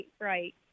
Right